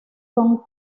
son